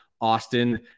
Austin